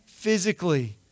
physically